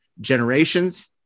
Generations